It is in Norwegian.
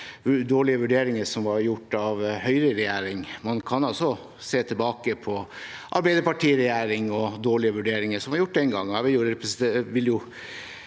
dårlige vurderinger som var gjort av Høyre i regjering, man kan også se tilbake på Arbeiderparti-regjeringer og dårlige vurderinger som var gjort den gangen.